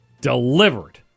delivered